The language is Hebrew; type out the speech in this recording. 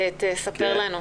תספר לנו.